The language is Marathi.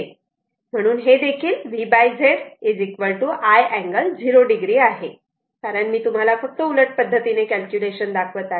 म्हणून हे देखील V Z i angle 0o आहे कारण मी तुम्हाला फक्त उलट पद्धतीने कॅल्क्युलेशन दाखवत आहे